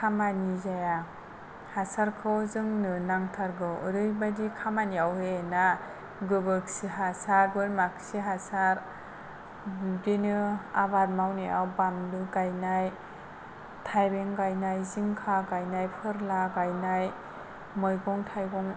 खामानि जाया हासारखौ जोंनो नांथारगौ ओरैबायदि खामानियाव होयोना गोबोरखि हासार बोरमाखि हासार बिदिनो आबाद मावनायाव बानलु गायनाय थायबें गायनाय जिंखा गायनाय फोरला गायनाय मैगं थाइगं